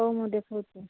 ହଉ ମୁଁ ଦେଖାଉଛି